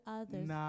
others